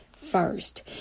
first